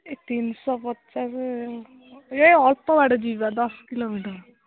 ଇଏ ତିନିଶହ ପଚାଶ ଏଇ ଅଳ୍ପ ବାଟ ଯିବି ବା ଦଶ କିଲୋମିଟର